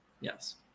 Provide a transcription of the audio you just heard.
Yes